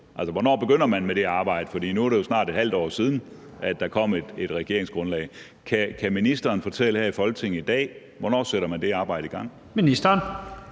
hvornår begynder man med det arbejde? For nu er det jo snart et halvt år siden, at der kom et regeringsgrundlag. Kan ministeren her i Folketinget i dag fortælle, hvornår man sætter det arbejde i gang?